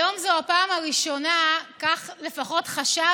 היום זאת פעם ראשונה, כך לפחות חשבתי,